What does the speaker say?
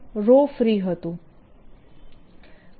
આ તેના જેવું જ છે